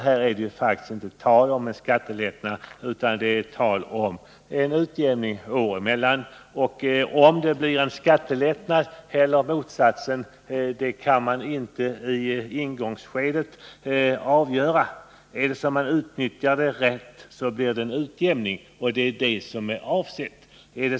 Det gäller faktiskt inte skattelättnader, utan det gäller att åstadkomma en utjämning av inkomsterna mellan olika år. Om det sedan blir en skattelättnad eller motsatsen kan man inte avgöra i ingångsskedet. Om man utnyttjar denna möjlighet rätt blir det en utjämning, och det är vad man avsett.